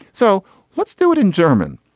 so let's do it in german.